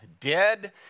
dead